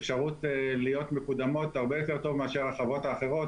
אפשרות להיות מקודמות הרבה יותר טוב מאשר החוות האחרות